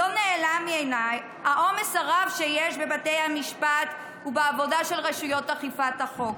לא נעלם מעיניי העומס הרב שיש בבתי המשפט ובעבודה של רשויות אכיפת החוק.